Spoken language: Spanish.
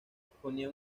exponía